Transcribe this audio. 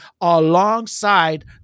alongside